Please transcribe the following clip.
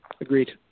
Agreed